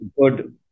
good